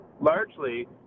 largely